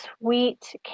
sweet